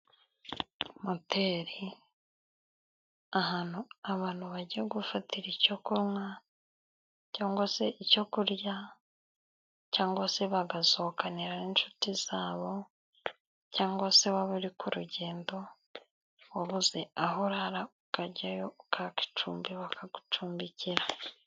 Moteri, ahantu abantu bajya gufatira icyo kunywa cyangwa se icyo kurya, cyangwa se bagasohokanira n'inshuti zabo, cyangwa se baba bari ku urugendo wabuze aho urara, ukajyayo ukakacumbi bakagucumbikira.